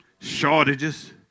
shortages